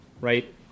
right